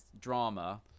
drama